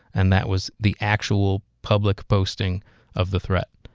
and that was the actual public posting of the threat.